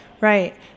Right